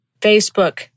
Facebook